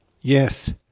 Yes